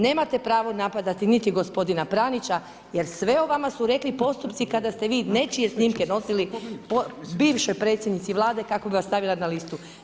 Nemate pravo napadati niti gospodina Pranića jer sve o vama su rekli postupci kada ste vi nečije snimke nosili bivšoj predsjednici vlade kako bi vas stavila na listu.